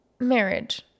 marriage